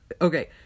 Okay